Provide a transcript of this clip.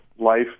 life